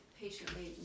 patiently